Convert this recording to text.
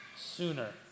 sooner